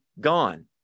gone